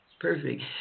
perfect